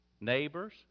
neighbors